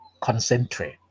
concentrate